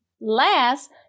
last